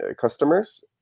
customers